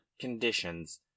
conditions